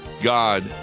God